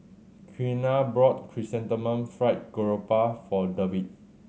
Quiana brought Chrysanthemum Fried Garoupa for Dewitt